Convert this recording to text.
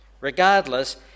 Regardless